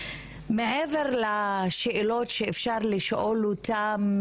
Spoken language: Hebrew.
מעבר לשאלות שאפשר לשאול אותם,